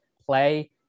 play